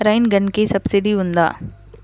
Rain గన్కి subsidy ఉందా?